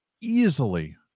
easily